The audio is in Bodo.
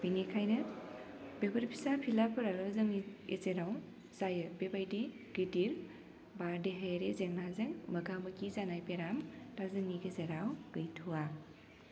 बेनिखायनो बेफोर फिसा फिलाफोराल' जोंनि गेजेराव जायो बेबायदि गिदिर बा देहायारि जेंनाजों मोगा मोगि जानाय बेराम दा जोंनि गेजेराव गैथ'वा